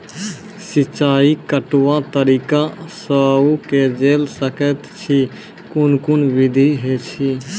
सिंचाई कतवा तरीका सअ के जेल सकैत छी, कून कून विधि ऐछि?